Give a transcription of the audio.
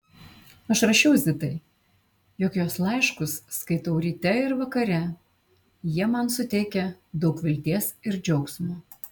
aš rašiau zitai jog jos laiškus skaitau ryte ir vakare jie man suteikia daug vilties ir džiaugsmo